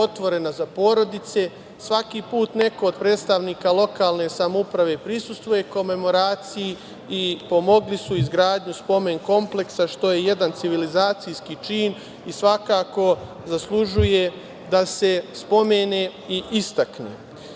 otvorena za porodice. Svaki put neko od predstavnika lokalne samouprave prisustvuje komemoraciji i pomogli su izgradnju spomen kompleksa, što je jedan civilizacijski čin i svakako zaslužuje da se spomene i istakne. Moje